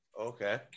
Okay